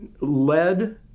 led